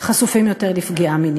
חשופים יותר לפגיעה מינית.